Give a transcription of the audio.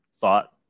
thought